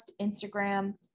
Instagram